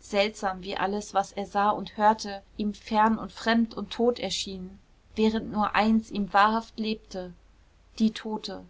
seltsam wie alles was er sah und hörte ihm fern und fremd und tot erschien während nur eins ihm wahrhaft lebte die tote